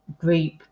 group